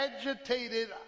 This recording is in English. agitated